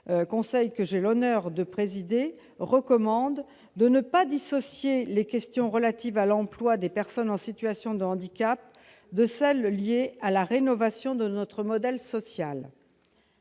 que j'ai l'honneur de présider, recommande, d'une part, de ne pas dissocier les questions relatives à l'emploi des personnes en situation de handicap de celles qui sont liées à la rénovation de notre modèle social